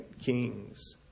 Kings